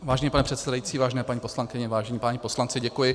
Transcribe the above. Vážený pane předsedající, vážené paní poslankyně, vážení páni poslanci, děkuji.